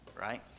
right